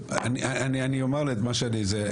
טוב, אני אומר את מה שאני זה.